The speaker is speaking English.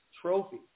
trophy